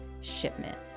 shipment